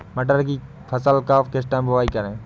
मटर की फसल का किस टाइम बुवाई करें?